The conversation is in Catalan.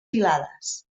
filades